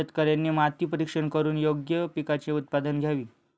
शेतकऱ्यांनी माती परीक्षण करून योग्य पिकांचे उत्पादन घ्यावे